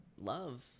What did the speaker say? love